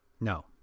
No